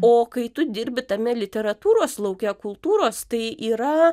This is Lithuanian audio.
o kai tu dirbi tame literatūros lauke kultūros tai yra